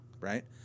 right